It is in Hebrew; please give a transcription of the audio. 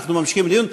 ואנחנו ממשיכים בדיון.